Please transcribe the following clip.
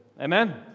Amen